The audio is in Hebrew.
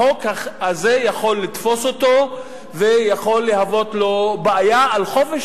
החוק הזה יכול לתפוס אותו ויכול לגרום לו בעיה על חופש